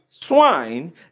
swine